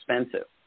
expensive